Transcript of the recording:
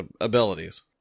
abilities